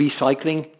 recycling